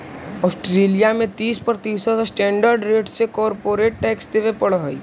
Australia में तीस प्रतिशत स्टैंडर्ड रेट से कॉरपोरेट टैक्स देवे पड़ऽ हई